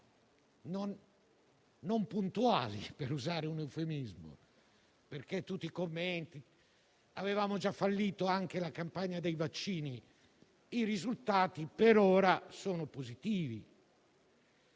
non puntuali, per usare un eufemismo. Tutti i commenti dicevano che avevamo già fallito anche la campagna dei vaccini, ma i risultati per ora sono positivi.